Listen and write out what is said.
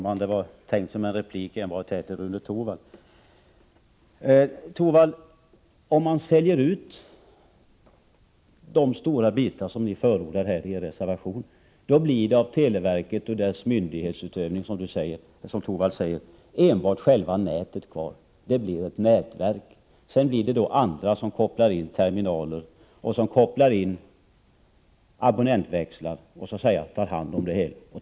Herr talman! Om man säljer ut så stora bitar som ni förordar i er reservation, blir det av televerket och dess myndighetsutövning, som Rune Torwald säger, enbart själva nätet kvar. Det blir ett nätverk! Sedan kommer det att bli andra som kopplar in terminaler och abonnentväxlar och tar hand om det hela.